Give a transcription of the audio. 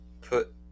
put